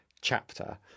chapter